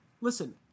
Listen